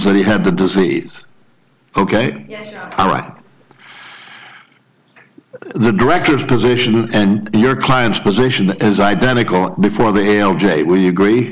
that he had the disease ok all right the director's position and your client's position is identical before they o j we agree